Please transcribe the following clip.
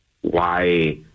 why-